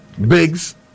Biggs